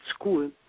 school